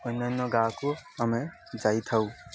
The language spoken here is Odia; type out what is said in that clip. ଅନ୍ୟାନ୍ୟ ଗାଁକୁ ଆମେ ଯାଇଥାଉ